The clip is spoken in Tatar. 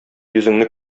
йөзеңне